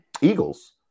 Eagles